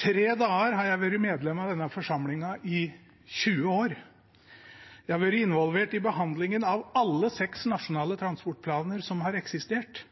tre dager har jeg vært medlem av denne forsamlingen i 20 år. Jeg har vært involvert i behandlingen av alle seks nasjonale transportplaner som har eksistert.